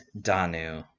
Danu